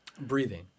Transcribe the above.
Breathing